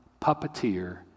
puppeteer